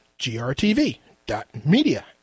grtv.media